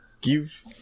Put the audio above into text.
give